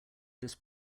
this